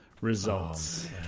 results